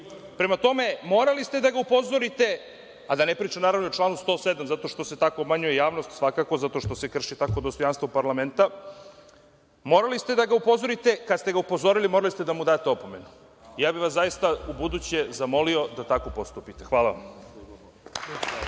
tome, morali ste da ga upozorite, a da ne pričam, naravno, o članu 107, zato što se tako obmanjuje javnost, svakako zato što se tako krši dostojanstvo Parlamenta. Morali ste da ga upozorite, kada ste ga upozorili morali ste da mu date opomenu. Zamolio bih vas ubuduće da tako postupite. Hvala